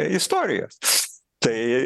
istorijos tai